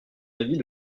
avis